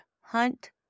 hunt